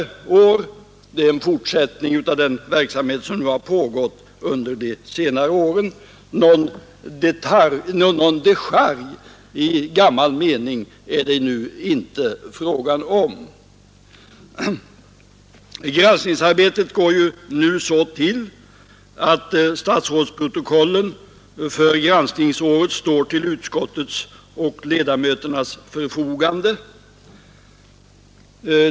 Det sker alltså en fortsättning av den verksamhet som påbörjades för några år sedan, och någon decharge i gammal mening är det inte längre fråga om. Granskningsarbetet går så till att statsrådsprotokollen för granskningsåret står till utskottets förfogande.